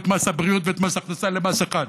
את מס הבריאות ואת מס הכנסה למס אחד.